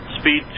Speed